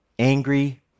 Angry